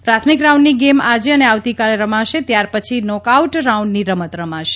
પ્રાથમિક રાઉન્ડની ગેમ આજે અને આવતીકાલે રમાશે ત્યારપછી નોક આઉટ રાઉન્ડની રમત રમાશે